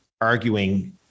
arguing